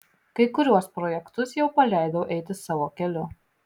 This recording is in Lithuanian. kai kuriuos projektus jau paleidau eiti savo keliu